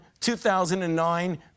2009